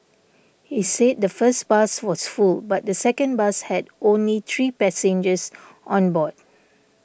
he said the first bus was full but the second bus had only three passengers on board